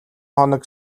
хоног